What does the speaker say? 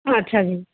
ਅੱਛਾ ਜੀ